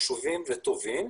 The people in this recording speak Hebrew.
חשובים וטובים,